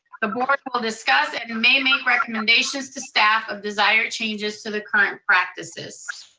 the board will discuss and may make recommendations to staff of desired changes to the current practices.